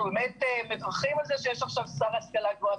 אנחנו מברכים על זה שיש שר להשכלה גבוהה,